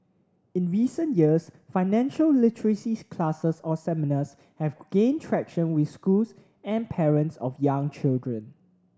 in recent years financial literacy classes or seminars have gained traction with schools and parents of young children